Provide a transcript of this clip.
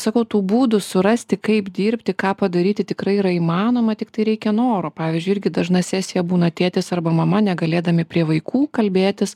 sakau tų būdų surasti kaip dirbti ką padaryti tikrai yra įmanoma tiktai reikia noro pavyzdžiui irgi dažna sesija būna tėtis arba mama negalėdami prie vaikų kalbėtis